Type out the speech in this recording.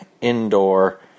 indoor